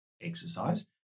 exercise